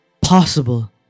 possible